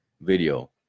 Video